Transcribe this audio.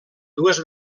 dues